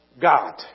God